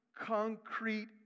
concrete